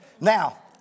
Now